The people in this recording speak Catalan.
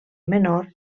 menor